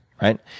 right